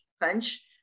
punch